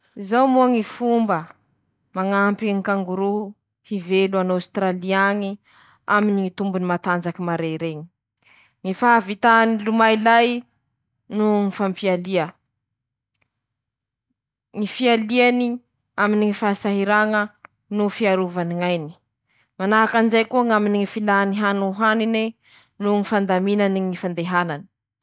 Ndreto aby ñy biby malaky ñy fandehanany: -Ñy tsioke, -Ñy leopary, -Ñy sita. Ñy biby i malaky ñy fandehanany: -Ñy gebra, -Ñy liona, -Ñy gazely. Reo<kôkôrikôo> ñy karazam-biby malaky fandeha ro miada fandeha.